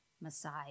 Messiah